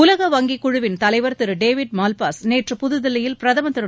உலக வங்கி குழுவின் தலைவர் திரு டேவிட் மால்பாஸ் நேற்று புதுதில்லியில் பிரதமர் திரு